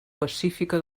pacífica